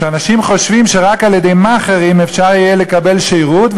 שאנשים חושבים שרק על-ידי מאכערים אפשר יהיה לקבל שירות,